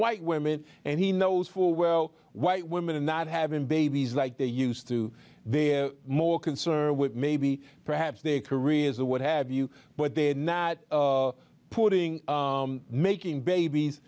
white women and he knows full well white women and not having babies like they used to they're more concerned with maybe perhaps their careers or what have you but they're not putting making babies